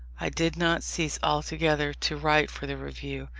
i did not cease altogether to write for the review,